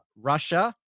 Russia